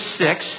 six